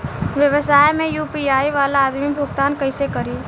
व्यवसाय में यू.पी.आई वाला आदमी भुगतान कइसे करीं?